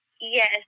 Yes